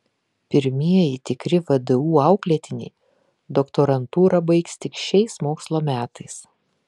pirmieji tikri vdu auklėtiniai doktorantūrą baigs tik šiais mokslo metais